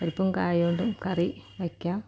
പരിപ്പും കായകൊണ്ടും കറി വയ്ക്കാം